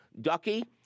Ducky